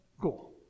Cool